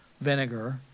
vinegar